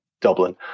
Dublin